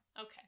Okay